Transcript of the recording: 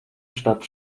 stadt